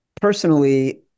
Personally